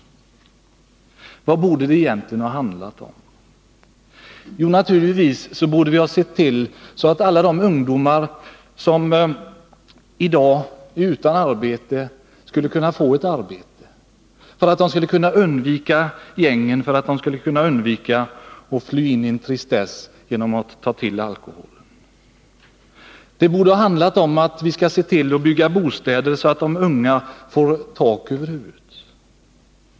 Vad borde det egentligen ha handlat om? Jo, naturligtvis borde vi ha sett till att alla de ungdomar som i dag är utan arbete skulle kunna få ett sådant. Då kunde de ha förutsättningar att undvika gängen och att slippa fly undan från tristessen genom att ta till alkohol. Det borde ha handlat om att se till att det byggs bostäder, så att de unga får tak över huvudet.